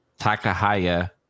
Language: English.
takahaya